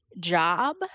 job